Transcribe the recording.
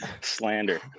slander